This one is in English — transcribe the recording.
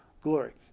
glory